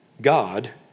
God